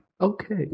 Okay